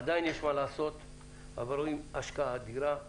עדין יש מה לעשות אבל רואים השקעה אדירה.